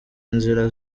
inzira